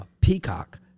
Peacock